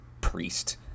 priest